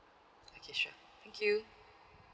okay sure thank you